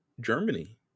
Germany